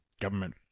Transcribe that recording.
government